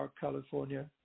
California